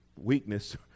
weakness